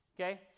Okay